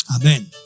Amen